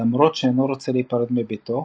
ולמרות שאינו רוצה להיפרד מבתו,